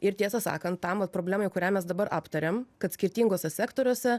ir tiesą sakant tam vat problemai kurią mes dabar aptariam kad skirtinguose sektoriuose